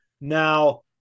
Now